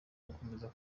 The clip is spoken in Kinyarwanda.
bakomeza